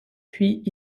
puis